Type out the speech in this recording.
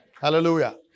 Hallelujah